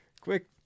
Quick